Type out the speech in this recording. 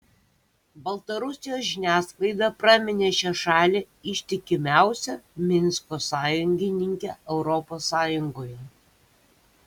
baltarusijos žiniasklaida praminė šią šalį ištikimiausia minsko sąjungininke europos sąjungoje